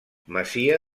masia